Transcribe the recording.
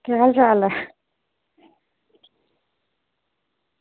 केह् हाल चाल ऐ